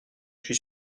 suis